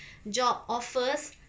job offers